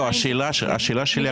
השאלה שלי,